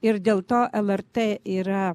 ir dėl to lrt yra